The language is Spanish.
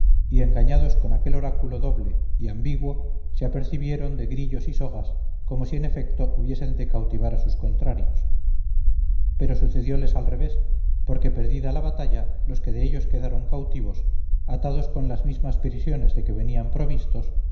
y engañados con aquel oráculo doble y ambiguo se apercibieron de grillos y sogas como si en efecto hubiesen de cautivar a sus contrarios pero sucedióles al revés porque perdida la batalla los que de ellos quedaron cautivos atados con las mismas prisiones de que venían provistos